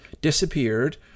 disappeared